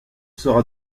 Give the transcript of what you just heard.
sera